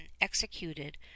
executed